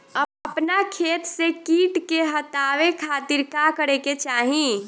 अपना खेत से कीट के हतावे खातिर का करे के चाही?